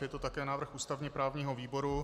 Je to také návrh ústavněprávního výboru.